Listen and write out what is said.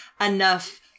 enough